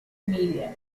media